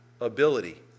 ability